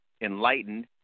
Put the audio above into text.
enlightened